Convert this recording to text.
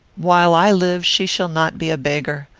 while i live, she shall not be a beggar.